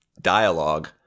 dialogue